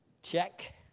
check